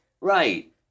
Right